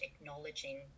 acknowledging